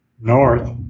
North